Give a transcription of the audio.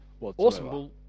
Awesome